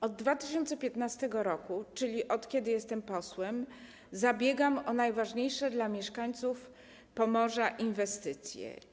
Od 2015 r., czyli od kiedy jestem posłem, zabiegam o najważniejsze dla mieszkańców Pomorza inwestycje.